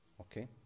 Okay